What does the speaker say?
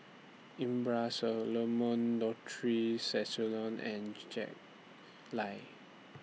Abraham Solomon Dorothy Tessensohn and Jack Lai